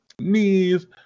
knees